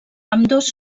ambdós